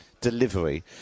delivery